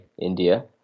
India